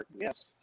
Yes